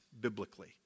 biblically